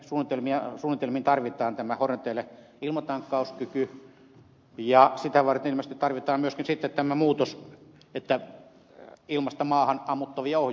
ilmeisesti näihin suunnitelmiin tarvitaan horneteille ilmatankkauskyky ja sitä varten ilmeisesti tarvitaan myöskin sitten tämä muutos että on ilmasta maahan ammuttavia ohjuksia